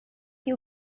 you